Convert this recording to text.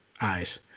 eyes